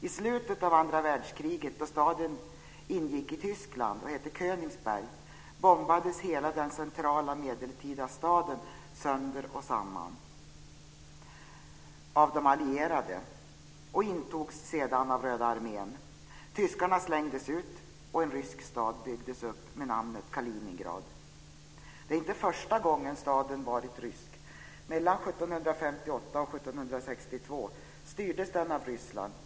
I slutet av andra världskriget, då staden ingick i Tyskland och hette Königsberg, bombades hela den centrala medeltida staden sönder och samman av de allierade och intogs sedan av Röda armén. Tyskarna slängdes ut och en rysk stad byggdes upp med namnet Kaliningrad. Det är inte första gången staden har varit rysk. Mellan 1758 och 1762 styrdes den av Ryssland.